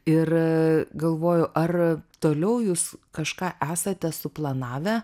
ir galvoju ar toliau jūs kažką esate suplanavę